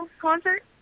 concert